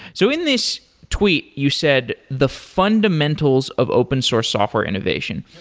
so in this tweet, you said the fundamentals of open source software innovation.